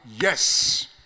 Yes